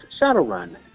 Shadowrun